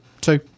Two